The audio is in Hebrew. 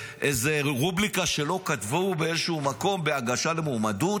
רובריקה שלא כתבו באיזשהו מקום בהגשה למועמדות?